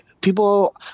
people